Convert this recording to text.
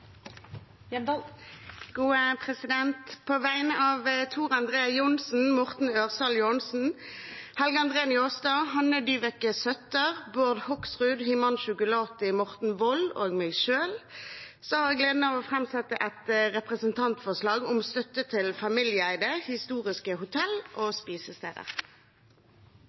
På vegne av Tor André Johnsen, Morten Ørsal Johansen, Helge André Njåstad, Hanne Dyveke Søttar, Bård Hoksrud, Himanshu Gulati, Morten Wold og meg selv har jeg gleden av å framsette et representantforslag om støtte til familieeide, historiske hotell og spisesteder.